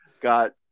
got